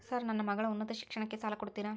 Sir ನನ್ನ ಮಗಳ ಉನ್ನತ ಶಿಕ್ಷಣಕ್ಕೆ ಸಾಲ ಕೊಡುತ್ತೇರಾ?